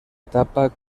etapa